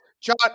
John